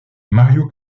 mario